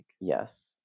Yes